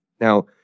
Now